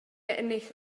ennill